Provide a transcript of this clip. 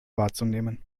wahrzunehmen